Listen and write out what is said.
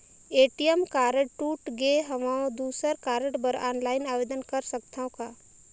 ATM card टूट गे हववं दुसर कारड बर ऑनलाइन आवेदन कर सकथव का?